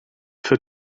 for